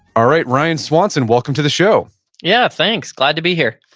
all right. ryan swanson, welcome to the show yeah, thanks. glad to be here